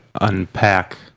unpack